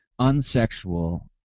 unsexual